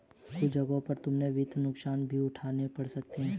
कुछ जगहों पर तुमको वित्तीय नुकसान भी उठाने पड़ सकते हैं